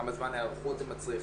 כמה זמן היערכות זה מצריך?